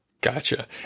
Gotcha